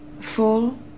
Full